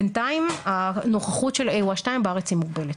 בינתיים הנוכחות של AY2 בארץ היא מוגבלת.